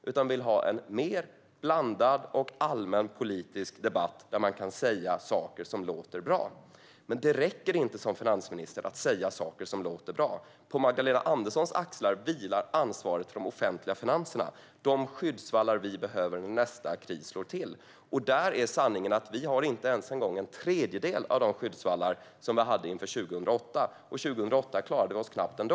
Hon vill ha en mer blandad och allmän politisk debatt där man kan säga saker som låter bra. Men det räcker inte som finansminister att säga saker som låter bra. På Magdalena Anderssons axlar vilar ansvaret för de offentliga finanserna, de skyddsvallar vi behöver när nästa kris slår till. Där är sanningen att vi inte ens en gång har en tredjedel av de skyddsvallar vi hade inför 2008, och 2008 klarade vi oss knappt ändå.